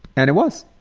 and it was.